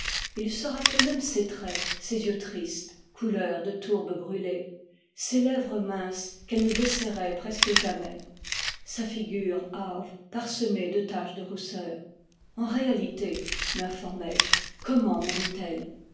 il se rappelait même ses traits ses yeux tristes couleur de tourbe brûlée ses lèvres minces qu'elle ne desserrait presque jamais sa figure hâve parsemée de taches de rousseur en réalité minformai je comment mourut elle